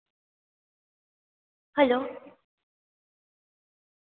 hello